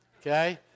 Okay